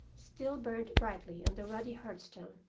still burned brightly on the ruddy hearthstone,